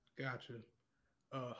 gotcha